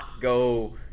go